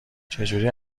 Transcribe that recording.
چجوری